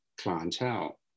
clientele